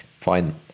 Fine